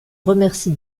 remercie